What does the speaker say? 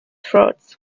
frauds